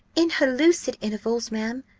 in her lucid intervals, ma'am,